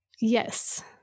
Yes